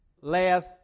last